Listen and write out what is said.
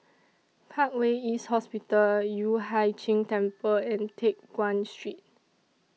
Parkway East Hospital Yueh Hai Ching Temple and Teck Guan Street